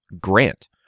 Grant